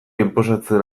inposatzen